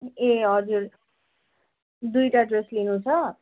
ए हजुर दुईवटा ड्रेस लिनु छ